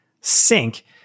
sync